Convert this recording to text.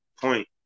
point